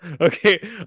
Okay